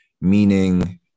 meaning